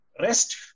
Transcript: Rest